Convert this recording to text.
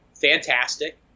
fantastic